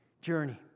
journey